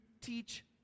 teach